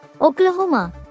Oklahoma